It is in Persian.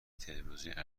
تلویزیونی